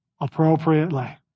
appropriately